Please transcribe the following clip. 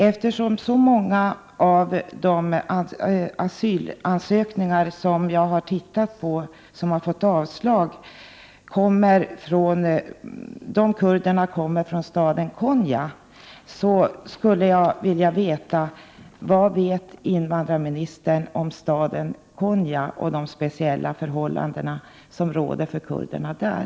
Eftersom så många av de asylansökningar som jag har tittat på och som har fått avslag är från kurder som kommer från staden Konya, skulle jag vilja veta vad invandrarministern vet om staden Konya och de speciella förhållanden som råder för kurderna där?